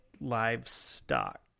livestock